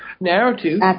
narrative